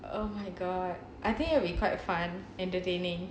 oh my god I think it'll be quite fun entertaining